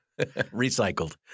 recycled